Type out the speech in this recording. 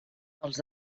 els